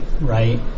right